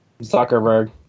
Zuckerberg